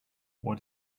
what